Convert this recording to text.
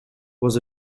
was